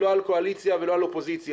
לא על קואליציה ולא על אופוזיציה.